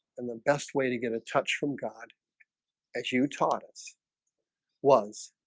and the best way to get a touch from god as you taught us was